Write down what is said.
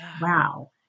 wow